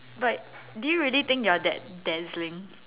but do you really think that you are that dazzling